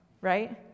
right